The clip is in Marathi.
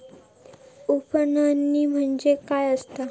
उफणणी म्हणजे काय असतां?